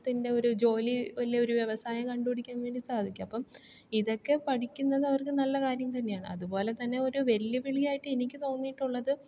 ത്തിൻ്റെ ഒര് ജോലി ഇല്ലേ ഒര് വ്യവസായം കണ്ടുപിടിക്കാൻവേണ്ടി സാധിക്കും അപ്പം ഇതൊക്കെ പഠിക്കുന്നത് അവർക്ക് നല്ലകാര്യം തന്നെയാണ് അതുപോലെതന്നെ ഒര് വെല്ലുവിളിയായിട്ട് എനിക്ക് തോന്നിയിട്ടുള്ളത്